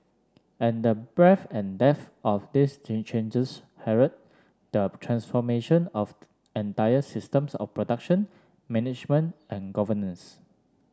and the breadth and depth of these changes herald the transformation of entire systems of production management and governance